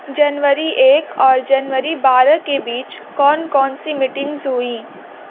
جنوری ایک اور جنوری بارہ کے بیچ کون کون سی میٹنگز ہوئیں